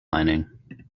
lining